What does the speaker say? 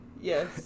Yes